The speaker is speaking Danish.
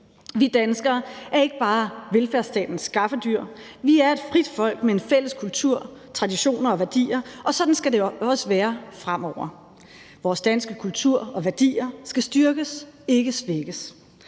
Vi danskere er ikke bare velfærdsstatens skaffedyr; vi er et frit folk med fælles kultur, traditioner og værdier, og sådan skal det også være fremover. Vores danske kultur og værdier skal styrkes, ikke svækkes,